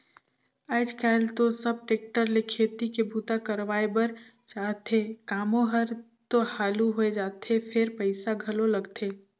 आयज कायल तो सब टेक्टर ले खेती के बूता करवाए बर चाहथे, कामो हर तो हालु होय जाथे फेर पइसा घलो लगथे